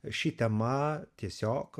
ši tema tiesiog